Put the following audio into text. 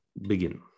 begin